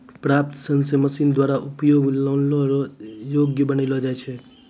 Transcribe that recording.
प्राप्त सन से मशीन द्वारा उपयोग लानै रो योग्य बनालो जाय छै